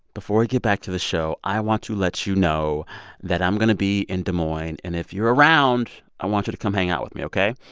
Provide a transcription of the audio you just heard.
before we back to the show, i want to let you know that i'm going to be in des moines. and if you're around, i want you to come hang out with me, ok?